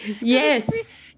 Yes